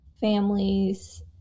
families